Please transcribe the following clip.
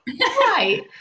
right